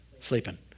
sleeping